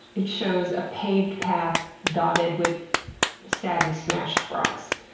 it shows a paved path dotted with sadly smashed frogs.